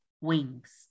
wings